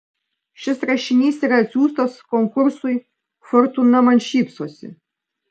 šis rašinys yra atsiųstas konkursui fortūna man šypsosi